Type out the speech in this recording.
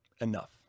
enough